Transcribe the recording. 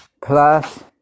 plus